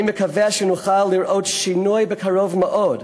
אני מקווה שנוכל לראות שינוי בקרוב מאוד,